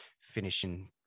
finishing